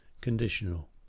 conditional